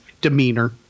demeanor